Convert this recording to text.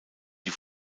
die